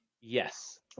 Yes